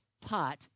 pot